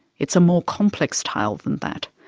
it's a more complex tale than that,